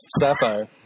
sapphire